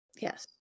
Yes